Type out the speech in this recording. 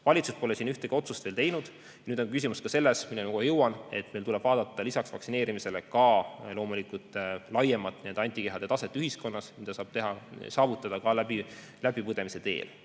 Valitsus pole siin ühtegi otsust veel teinud ja nüüd on küsimus selles, milleni ma kohe jõuan, et meil tuleb vaadata lisaks vaktsineerimisele ka loomulikult laiemalt antikehade taset ühiskonnas. Antikehi saab ka läbipõdemise teel.